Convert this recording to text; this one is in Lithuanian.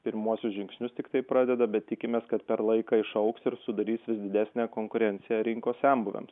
pirmuosius žingsnius tiktai pradeda bet tikimės kad per laiką išaugs ir sudarys vis didesnę konkurenciją rinkos senbuviams